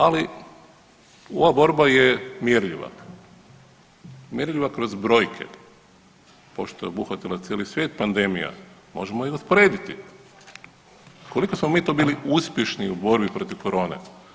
Ali ova borba je mjerljiva, mjerljiva kroz brojke pošto je obuhvatila cijeli svijet pandemija možemo i usporediti koliko smo mi to bili uspješni u borbi protiv korone.